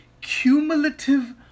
cumulative